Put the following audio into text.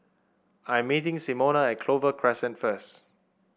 I'm meeting Simona at Clover Crescent first